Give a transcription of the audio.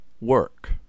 work